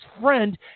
friend